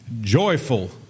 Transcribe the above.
joyful